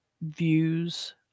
views